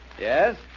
Yes